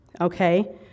okay